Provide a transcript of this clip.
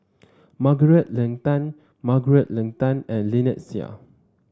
Margaret Leng Tan Margaret Leng Tan and Lynnette Seah